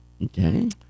Okay